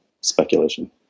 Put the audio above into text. speculation